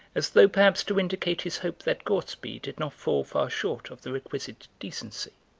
as though perhaps to indicate his hope that gortsby did not fall far short of the requisite decency.